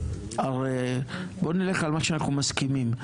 לך על מה שאנחנו מסכימים,